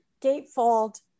gatefold